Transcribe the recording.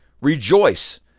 Rejoice